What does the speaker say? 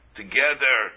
together